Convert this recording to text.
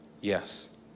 yes